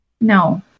no